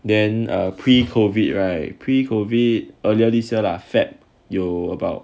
then err pre-COVID right earlier this year lah feb 有 about